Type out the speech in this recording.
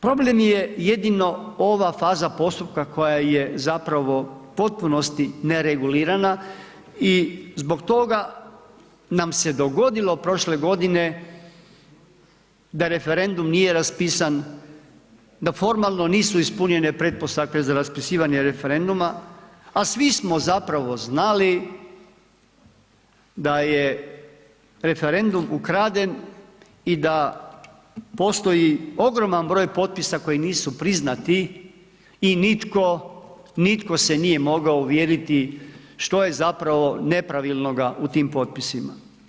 Problem je jedino ova faza postupka koja je zapravo u potpunosti neregulirana i zbog toga nam se dogodilo prošle godine da referendum nije raspisan, da formalno nisu ispunjene pretpostavke za raspisivanje referenduma, a svi smo zapravo znali da je referendum ukraden i da postoji ogroman broj potpisa koji nisu priznati i nitko, nitko se nije mogao uvjeriti što je zapravo nepravilnoga u tim potpisima.